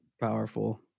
powerful